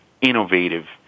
innovative